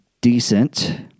decent